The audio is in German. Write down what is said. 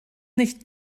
nicht